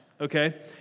okay